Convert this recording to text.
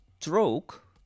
stroke